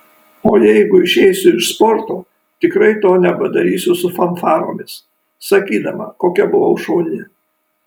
o jeigu išeisiu iš sporto tikrai to nepadarysiu su fanfaromis sakydama kokia buvau šauni